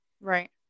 Right